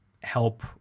help